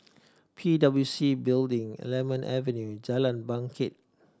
P W C Building Lemon Avenue Jalan Bangket